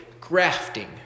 grafting